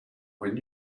when